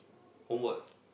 homework